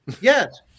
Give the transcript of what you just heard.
Yes